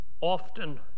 often